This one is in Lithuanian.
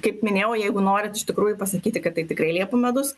kaip minėjau jeigu norit iš tikrųjų pasakyti kad tai tikrai liepų medus